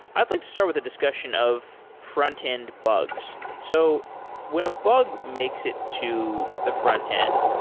i'd like to start with a discussion of frontend bugs. so when a bug makes it to the frontend,